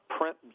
print